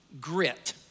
grit